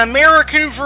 American